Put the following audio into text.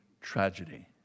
tragedy